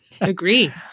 agree